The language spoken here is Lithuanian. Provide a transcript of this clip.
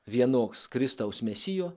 vienoks kristaus mesijo